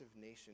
nation